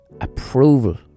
approval